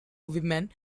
women